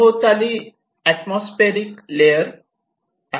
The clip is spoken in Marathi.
सभोवताली आत्मोस्फरिक लेअर आहे